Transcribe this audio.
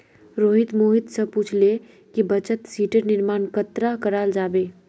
रोहित मोहित स पूछले कि बचत शीटेर निर्माण कन्ना कराल जाबे